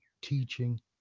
teaching